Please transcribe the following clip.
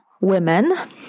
women